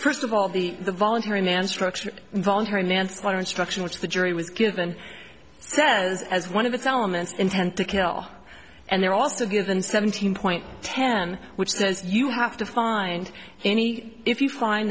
first of all the voluntary man structure involuntary manslaughter instruction which the jury was given says as one of the solemn an intent to kill and they're also given seventeen point ten which says you have to find any if you find